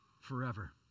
forever